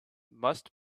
must